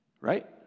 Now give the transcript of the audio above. Right